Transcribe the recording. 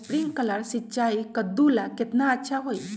Sprinkler सिंचाई कददु ला केतना अच्छा होई?